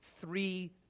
three